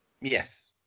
Yes